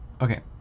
Okay